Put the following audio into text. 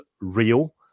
real